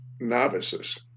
novices